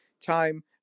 time